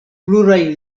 plurajn